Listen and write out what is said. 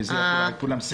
שזה יחול על כולם.